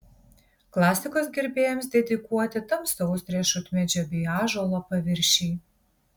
klasikos gerbėjams dedikuoti tamsaus riešutmedžio bei ąžuolo paviršiai